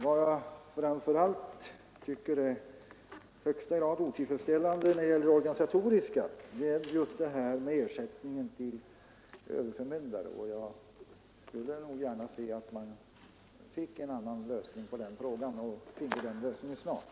Vad jag framför allt tycker är i högsta grad otillfredsställande när det att begränsa sortimentet på vissa varor gäller de organisatoriska frågorna är ersättningen till överförmyndare. Jag skulle gärna se att denna fråga fick en bättre lösning och att vi finge denna lösning snart.